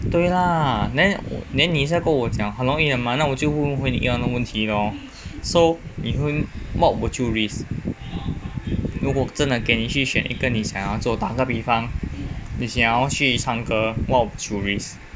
对啦 then 你现在跟我讲很容易的嘛那我就问回你一样的问题咯 so 你会 what would you risk 如果真的给你去选一个你想要做打个比方你想要去唱歌 what would you risk